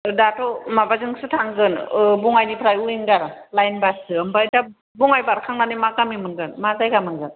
दाथ' माबा जोंसो थांगोन ओ बङाइनिफ्राय विंगार लाइन बास जों ओमफाय दा बङाइ बारखांनानै मा गामि मोनगोन मा जायगा मोनगोन